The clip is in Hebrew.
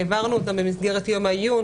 העברנו אותם במסגרת יום העיון,